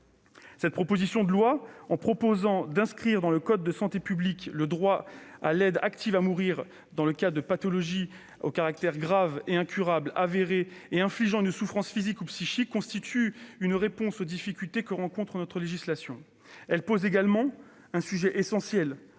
Cette proposition de loi, qui prévoit d'inscrire dans le code de la santé publique le droit à l'aide active à mourir dans les cas de pathologies au caractère grave et incurable avéré et infligeant une souffrance physique ou psychique, constitue une réponse aux difficultés que pose notre législation. Elle pose également le sujet essentiel